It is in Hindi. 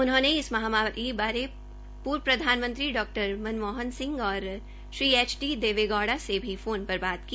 उन्होंने इस महामारी बारे पर्व प्रधानमंत्री डॉ मनमोहन सिंह और श्री एच डी देव गौड़ा से भी बात की